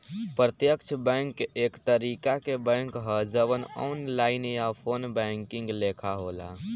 प्रत्यक्ष बैंक एक तरीका के बैंक ह जवन ऑनलाइन या फ़ोन बैंकिंग लेखा होला